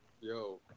Yo